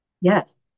Yes